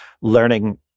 learning